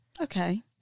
Okay